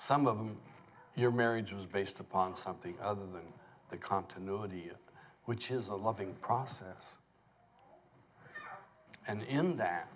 some of your marriage was based upon something other than the continuity which is a loving process and in that